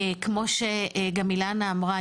כמו שגם אילנה אמרה,